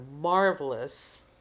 marvelous